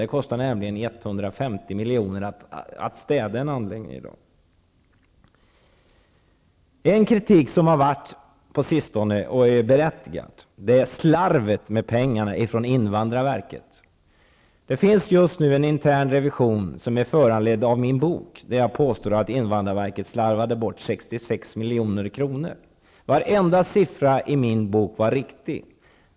Det kostar nämligen i dag 150 miljoner att städa en anläggning. På sistone har framförts berättigad kritik mot slarvet med pengarna från invandrarverket. Just nu pågår en intern revision, som är föranledd av min bok. Jag påstår där att invandrarverket slarvade bort 66 milj.kr. Varenda siffra i min bok var riktig.